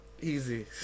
Easy